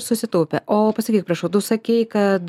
susitaupė o pasakyk prašau tu sakei kad